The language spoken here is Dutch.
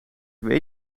weet